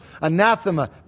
anathema